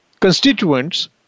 constituents